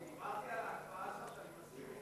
דיברתי על, אני מסכים אתך.